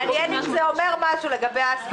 מעניין אם זה אומר משהו לגבי הסבך הפוליטי.